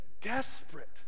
desperate